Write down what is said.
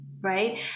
right